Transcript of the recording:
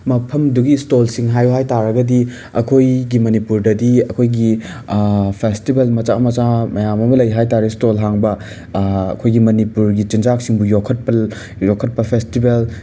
ꯃꯐꯝꯗꯨꯒꯤ ꯁ꯭ꯇꯣꯜꯁꯤꯡ ꯍꯥꯏꯌꯨ ꯍꯥꯏꯇꯥꯔꯒꯗꯤ ꯑꯩꯈꯣꯏꯒꯤ ꯃꯅꯤꯄꯨꯔꯗꯗꯤ ꯑꯩꯈꯣꯏꯒꯤ ꯐꯦꯁꯇꯤꯕꯦꯜ ꯃꯆꯥ ꯃꯆꯥ ꯃꯌꯥꯝ ꯑꯃ ꯂꯩ ꯍꯥꯏꯇꯥꯔꯦ ꯁ꯭ꯇꯣꯜ ꯍꯥꯡꯕ ꯑꯩꯈꯣꯏꯒꯤ ꯃꯅꯤꯄꯨꯔꯒꯤ ꯆꯤꯟꯖꯥꯛꯁꯤꯡꯕꯨ ꯌꯣꯈꯠꯄ ꯌꯣꯈꯠꯄ ꯐꯦꯁꯇꯤꯕꯦꯜ